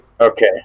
Okay